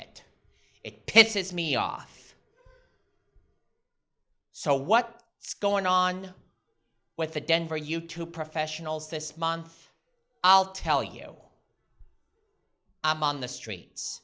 it it pisses me off so what is going on with the denver you two professionals this month i'll tell you i'm on the streets